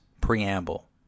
Preamble